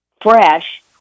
fresh